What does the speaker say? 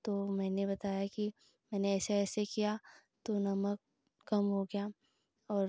तो मैंने बताया कि मैंने ऐसे ऐसे किया तो नमक कम हो गया और